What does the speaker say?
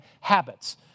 habits